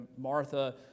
Martha